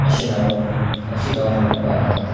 असे नावं से गावं मला खूप आवडतात